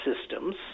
systems